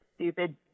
stupid